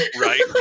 Right